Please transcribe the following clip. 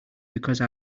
because